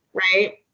right